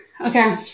Okay